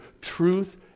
truth